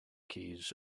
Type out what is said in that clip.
keys